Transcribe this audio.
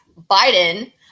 Biden